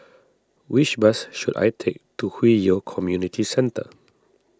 which bus should I take to Hwi Yoh Community Centre